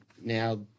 Now